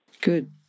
Good